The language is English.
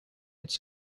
its